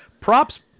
props –